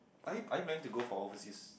are you are you planning to go for overseas